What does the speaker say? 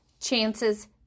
chances